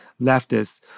leftists